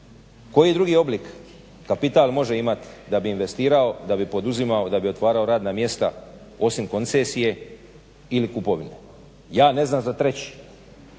Koji drugi oblik kapital može imat da bi investirao, da bi poduzimao, da bi otvarao radna mjesta, osim koncesije ili kupovine. Ja ne znam za treći.